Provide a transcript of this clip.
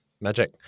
Magic